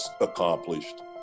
accomplished